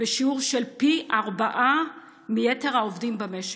בשיעור של פי ארבעה מיתר העובדים במשק.